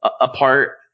apart